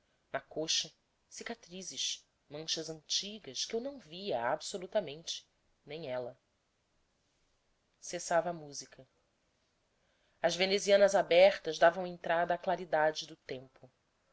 na coxa cicatrizes manchas antigas que eu não via absolutamente nem ela cessava a música as venezianas abertas davam entrada à claridade do tempo